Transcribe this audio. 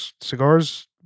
cigars